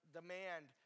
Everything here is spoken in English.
demand